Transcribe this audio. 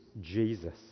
Jesus